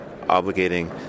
obligating